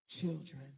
children